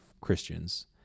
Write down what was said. Christians